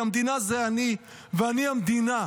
כי המדינה זה אני, ואני המדינה.